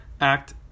act